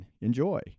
enjoy